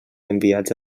enviats